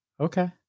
Okay